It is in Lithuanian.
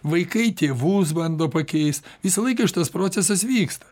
vaikai tėvus bando pakeist visą laiką šitas procesas vyksta